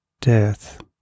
death